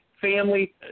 family